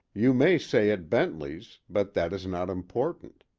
you may say at bentley's but that is not important.